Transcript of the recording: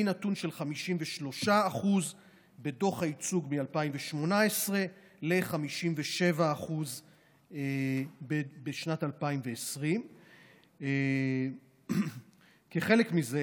מנתון של 53% בדוח הייצוג מ-2018 ל-57% בשנת 2020. כחלק מזה